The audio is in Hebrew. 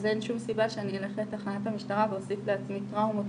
אז אין שום סיבה שאני אלך לתחנת המשטרה ואוסיף לעצמי טראומות,